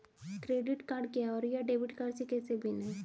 Credit card क्या है और यह डेबिट कार्ड से कैसे भिन्न है?